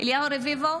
אליהו רביבו,